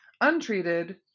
untreated